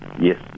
yes